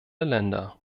länder